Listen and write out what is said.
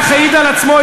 העיד על עצמו,